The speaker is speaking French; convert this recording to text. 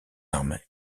arme